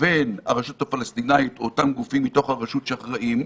לבין הרשות הפלסטינית או אותם גופים מתוך הרשות שאחראים,